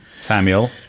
Samuel